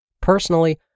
Personally